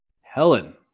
Helen